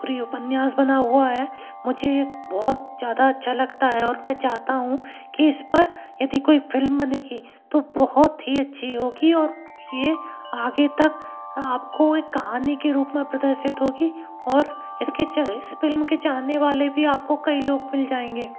पूरी उपन्यास बना हुआ है मुझे ये बहुत ज़्यादा अच्छा लगता है और मैं चाहता हूँ कि इस पर यदि कोई फिल्म बनेगी तो बहुत ही अच्छी होगी और ये आगे तक आपको एक कहानी के रूप मे प्रदर्शित होगी और इसके इस फिल्म के चाहने वाले भी आपको कई लोग मिल जाएंगे